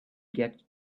get